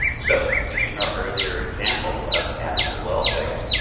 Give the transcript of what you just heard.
so using our earlier example of animal welfare,